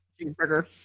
cheeseburger